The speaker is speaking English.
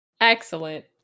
Excellent